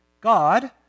God